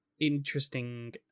interesting